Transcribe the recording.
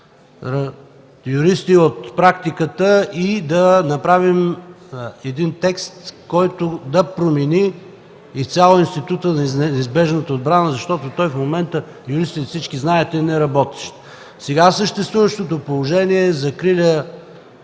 юристи от практиката и да направим един текст, който да промени изцяло института за неизбежната отбрана, защото той в момента, всички юристи знаете, че не работи. Сега съществуващото положение закриля